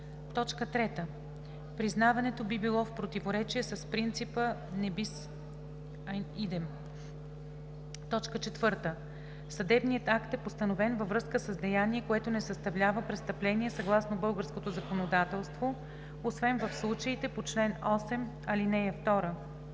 3. признаването би било в противоречие с принципа „ne bis in idem“; 4. съдебният акт е постановен във връзка с деяние, което не съставлява престъпление съгласно българското законодателство, освен в случаите по чл. 8, ал. 2;